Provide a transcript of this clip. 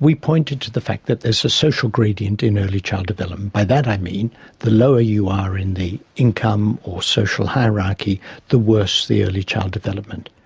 we pointed to the fact that there's a social gradient in early child development. by that i mean the lower you are in the income or social hierarchy the worse the early child development.